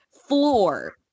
floor